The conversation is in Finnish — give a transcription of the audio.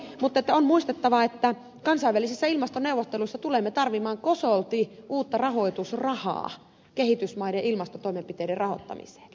mutta on muistettava että kansainvälisissä ilmastoneuvotteluissa tulemme tarvitsemaan kosolti uutta rahoitusrahaa kehitysmaiden ilmastotoimenpiteiden rahoittamiseen